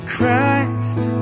Christ